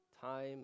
time